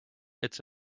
its